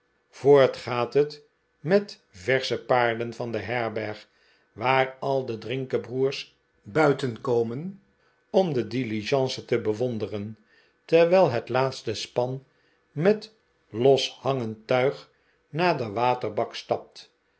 voort gaat het met versche paarden van de herberg waar al de drihkebroers buitenkomen om de diligence te bewonderen terwijl het laatste span met loshangend tuig naar den waterbak stapt